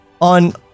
on